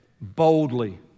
Boldly